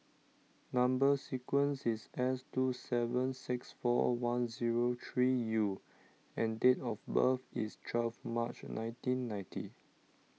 Number Sequence is S two seven six four one zero three U and date of birth is twelve March nineteen ninety